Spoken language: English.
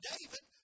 David